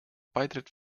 beitritt